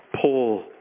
Paul